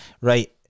right